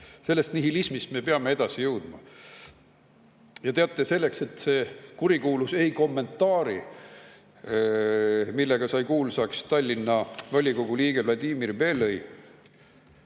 Sellest nihilismist me peame edasi jõudma. Ja teate, selleks, et see kurikuulus "Ei kommentaari", millega sai kuulsaks Tallinna volikogu liige Vladimir Belõi,